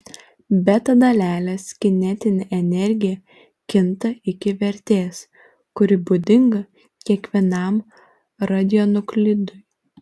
beta dalelės kinetinė energija kinta iki vertės kuri būdinga kiekvienam radionuklidui